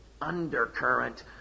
undercurrent